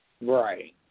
Right